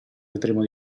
vedremo